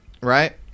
Right